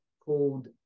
called